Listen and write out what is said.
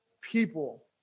people